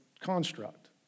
construct